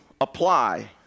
apply